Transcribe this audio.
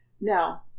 Now